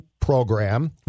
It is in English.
program